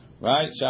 Right